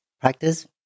practice